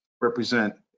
represent